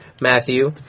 Matthew